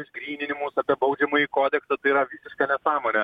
išgryninimus apie baudžiamąjį kodeksą tai yra visiška nesąmonė